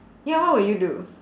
ya what would you do